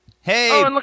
Hey